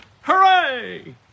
Hooray